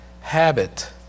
habit